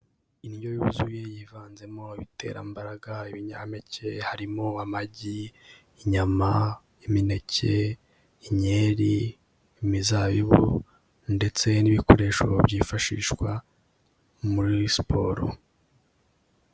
Indyo yuzuye yivanzemo ibiterambaraga, ibinyampeke, harimo amagi, inyama, imineke, inkeri, imizabibu ndetse n'ibikoresho byifashishwa muri siporo.